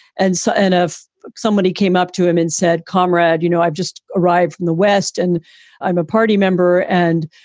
and so ah if somebody came up to him and said, comrade, you know, i've just arrived from the west and i'm a party member and,